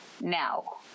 Now